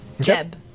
Jeb